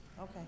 Okay